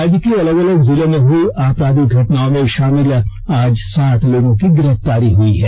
राज्य के अलग अलग जिलों में हुई आपराधिक घटनाओं में शामिल आज सात लोगों की गिरफ्तारी हई है